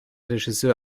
regisseur